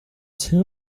too